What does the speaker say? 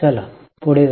चला पुढच्याकडे जाऊ